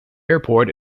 airport